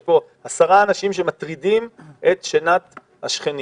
יש פה עשרה אנשים שמטרידים את שנת השכנים.